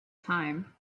time